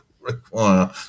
require